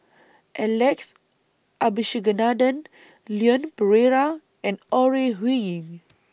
Alex Abisheganaden Leon Perera and Ore Huiying